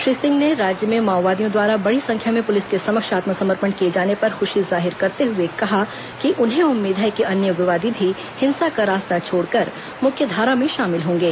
श्री सिंह ने राज्य में माओवादियों द्वारा बड़ी संख्या में पुलिस के समक्ष आत्मसमर्पण किए जाने पर खूशी जाहिर करते हुए कहा कि उन्हें उम्मीद है कि अन्य उग्रवादी भी हिंसा का रास्ता छोड़ कर मुख्यधारा में शामिल होंगे